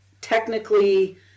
technically